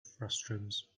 frustums